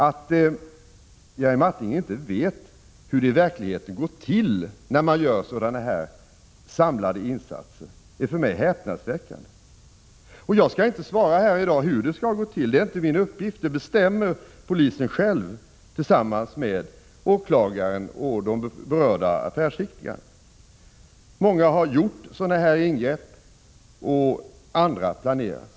Att Jerry Martinger inte vet hur det i verkligheten går till när man gör sådana här samlade insatser är för mig häpnadsväckande. Jag skall inte här i dag svara på hur de skall gå till — det är inte min uppgift. Det bestämmer polisen själv tillsammans med åklagaren och de berörda affärsidkarna. Många sådana här ingrepp har gjorts, och andra planeras.